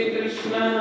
Krishna